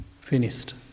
finished